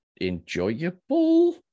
enjoyable